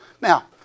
Now